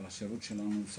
אבל השירות שלנו הוא סביר.